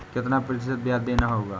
कितना प्रतिशत ब्याज देना होगा?